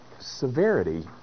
severity